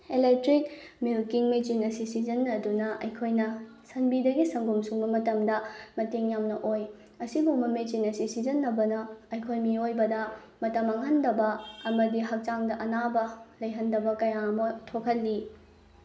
electric milking machine ꯑꯁꯤ ꯁꯤꯖꯤꯟꯅꯗꯨꯅ ꯑꯩꯈꯣꯏꯅ ꯁꯟꯕꯤꯗꯒꯤ ꯁꯪꯒꯣꯝ ꯁꯨꯝꯕ ꯃꯇꯝꯗ ꯃꯇꯦꯡ ꯌꯥꯝꯅ ꯑꯣꯏ ꯑꯁꯤꯒꯨꯝꯕ ꯃꯦꯆꯤꯟ ꯑꯁꯤ ꯁꯤꯖꯤꯟꯅꯕꯅ ꯑꯩꯈꯣꯏ ꯃꯤꯑꯣꯏꯕꯗ ꯃꯇꯝ ꯃꯥꯡꯍꯟꯗꯕ ꯑꯃꯗꯤ ꯍꯛꯆꯥꯡꯗ ꯑꯅꯥꯕ ꯂꯩꯍꯟꯗꯕ ꯀꯌꯥ ꯑꯃ ꯊꯣꯛꯍꯜꯂꯤ